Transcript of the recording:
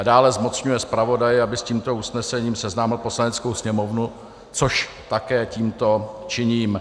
Dále zmocňuje zpravodaje, aby s tímto usnesením seznámil Poslaneckou sněmovnu, což tímto činím.